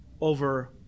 over